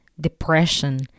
depression